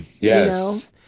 Yes